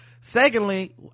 secondly